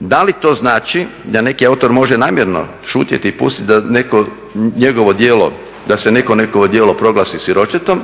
Da li to znači da neki autor može namjerno šutjeti i pustiti da neko njegovo djelo, da se neko njegovo djelo proglasi siročetom